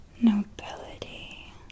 nobility